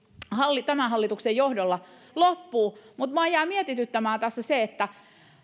tämän hallituksen johdolla loppuu mutta minua jää mietityttämään tässä se että